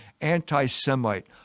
anti-Semite